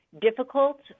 difficult